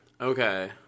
Okay